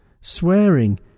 Swearing